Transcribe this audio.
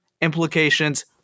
implications